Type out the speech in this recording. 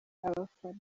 abafana